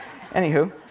anywho